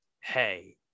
Hey